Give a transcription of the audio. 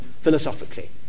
philosophically